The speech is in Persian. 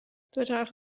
دوچرخه